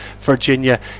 Virginia